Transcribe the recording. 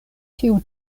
tiu